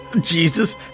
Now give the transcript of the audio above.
Jesus